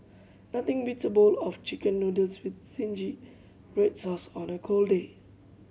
nothing beats a bowl of Chicken Noodles with zingy red sauce on a cold day